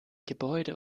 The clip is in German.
gebäude